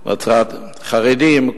חרדים.